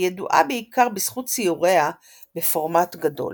היא ידועה בעיקר בזכות ציוריה בפורמט גדול,